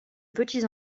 petits